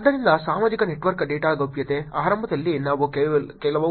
ಆದ್ದರಿಂದ ಸಾಮಾಜಿಕ network data ಗೌಪ್ಯತೆ ಆರಂಭದಲ್ಲಿ ನಾವು ಕೆಲವು